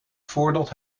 voordat